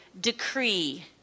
decree